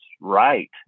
right